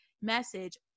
message